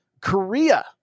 Korea